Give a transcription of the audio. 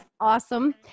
Awesome